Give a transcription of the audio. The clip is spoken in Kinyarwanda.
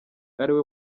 ariwe